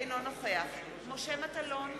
אינו נוכח משה מטלון,